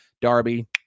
Darby